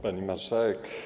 Pani Marszałek!